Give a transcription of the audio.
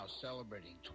celebrating